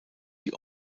die